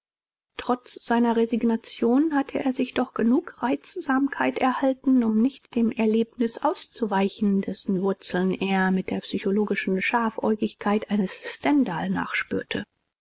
trotz seiner resignation hatte er sich doch genug reizsamkeit erhalten um nicht dem erlebnis auszuweichen dessen wurzeln er mit der psychologischen scharfäugigkeit eines stendhal